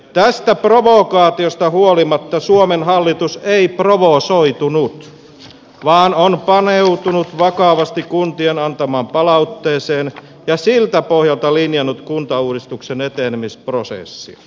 tästä provokaatiosta huolimatta suomen hallitus ei provosoitunut vaan on paneutunut vakavasti kuntien antamaan palautteeseen ja siltä pohjalta linjannut kuntauudistuksen etenemisprosessia